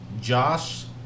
Josh